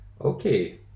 okay